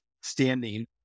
standing